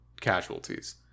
casualties